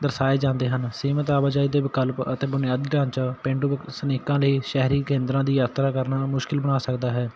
ਦਰਸਾਏ ਜਾਂਦੇ ਹਨ ਸੀਮਿਤ ਆਵਾਜਾਈ ਦੇ ਵਿਕਲਪ ਅਤੇ ਬੁਨਿਆਦੀ ਢਾਂਚਾ ਪੇਂਡੂ ਵਸਨੀਕਾਂ ਲਈ ਸ਼ਹਿਰੀ ਕੇਂਦਰਾਂ ਦੀ ਯਾਤਰਾ ਕਰਨਾ ਮੁਸ਼ਕਲ ਬਣਾ ਸਕਦਾ ਹੈ